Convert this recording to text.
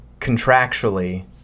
contractually